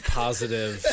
positive